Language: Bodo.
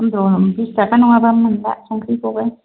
फनद्र' बिसथाखा नङाबा मोनला संख्रिखौबो